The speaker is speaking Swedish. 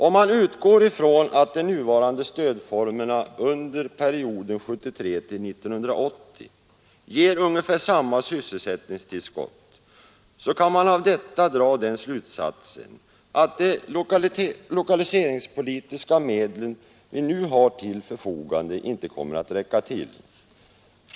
Om man utgår ifrån att de nuvarande stödformerna under perioden 1973—1980 ger ungefär samma sysselsättningstillskott, så kan man av detta dra slutsatsen att de lokaliseringspolitiska medel vi nu har till förfogande inte kommer att räcka till.